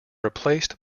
replaced